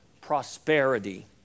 prosperity